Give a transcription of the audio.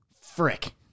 Frick